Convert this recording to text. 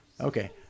Okay